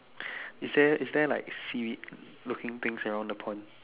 is there is there like seaweed looking things around the pond